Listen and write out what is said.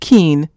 Keen